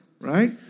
right